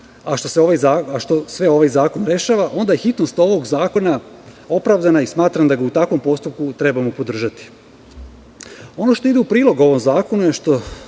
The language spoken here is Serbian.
a što sve ovaj zakon rešava, onda je hitnost ovog zakona opravdana i smatram da ga u takvom postupku trebamo podržati. Ono što ide u prilog ovom zakonu je što